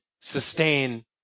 sustain